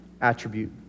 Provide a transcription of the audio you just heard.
attribute